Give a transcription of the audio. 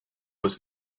was